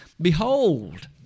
Behold